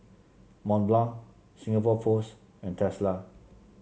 Mont Blanc Singapore Post and Tesla